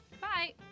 Bye